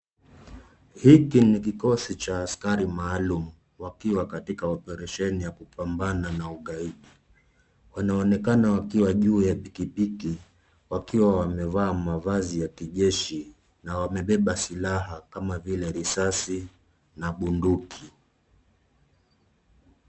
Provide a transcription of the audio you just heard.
Hiki ni kikosi cha askari maalum wakiwa katika oparasheni ya kupambana na ugaidi. Wanaonekana wakiwa juu ya pikipiki wakiwa wamevaa mavazi ya kijeshi na wamebeba silaha kama vile risasi na binduki.